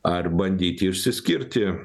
ar bandyti išsiskirti